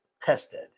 tested